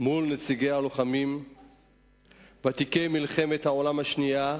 מול נציגי הלוחמים, ותיקי מלחמת העולם השנייה,